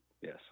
yes